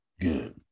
Good